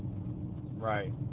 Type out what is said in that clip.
Right